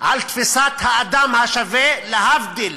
על תפיסת האדם השווה, להבדיל